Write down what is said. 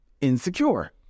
Insecure